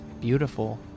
beautiful